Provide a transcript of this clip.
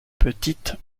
petites